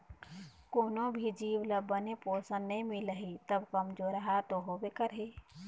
कोनो भी जीव ल बने पोषन नइ मिलही त कमजोरहा तो होबे करही